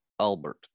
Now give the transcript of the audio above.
albert